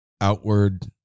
outward